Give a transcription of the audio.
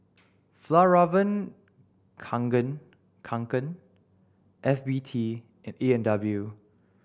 Fjallraven Kanken Kanken F B T and A and W